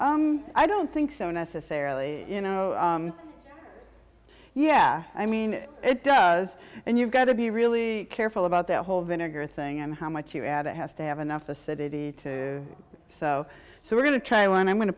yeah i don't think so necessarily you know yeah i mean it does and you've got to be really careful about the whole vinegar thing and how much you add it has to have enough acidity too so so we're going to try when i'm going to